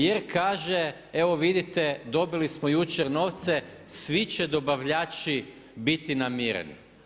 Jer kaže, evo vidite dobili smo jučer novce, svi će dobavljači biti namireni.